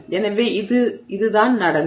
எனவே இதுதான் நடந்தது